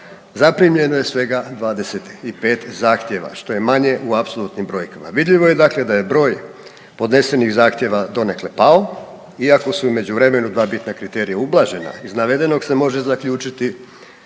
zaprimljeno je svega 25 zahtjeva što je manje u apsolutnim brojkama. Vidljivo je dakle da je broj podnesenih zahtjeva donekle pao iako su u međuvremenu dva bitna kriterija ublažena. Iz navedenog se može zaključiti